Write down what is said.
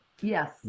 Yes